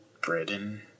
Britain